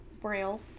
braille